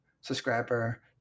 subscriber